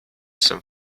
some